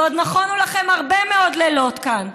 ועוד נכונו לכם הרבה מאוד לילות כאן.